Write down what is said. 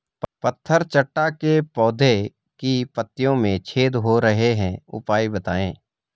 पत्थर चट्टा के पौधें की पत्तियों में छेद हो रहे हैं उपाय बताएं?